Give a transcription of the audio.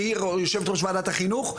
שהיא יו"ר ועדת החינוך,